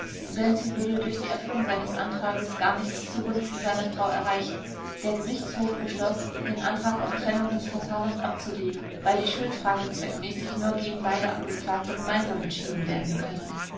gönczi würde durch die erfüllung seines antrages gar nichts zugunsten seiner frau erreichen der gerichtshof beschloß den antrag auf trennung des verfahrens abzulehnen weil die schuldfrage zweckmäßig nur gegen beide angeklagte gemeinsam entschieden werden könne